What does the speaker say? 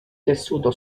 tessuto